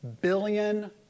billion